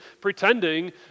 pretending